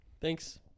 Thanks